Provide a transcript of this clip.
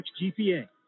GPA